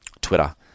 twitter